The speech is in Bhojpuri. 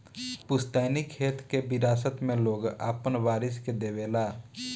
पुस्तैनी खेत के विरासत मे लोग आपन वारिस के देवे ला